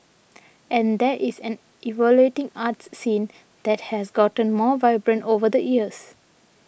and there is an evolving arts scene that has gotten more vibrant over the years